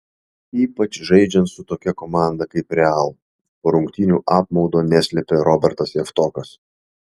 ypač žaidžiant su tokia komanda kaip real po rungtynių apmaudo neslėpė robertas javtokas